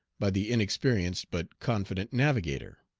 by the inexperienced but confident navigator.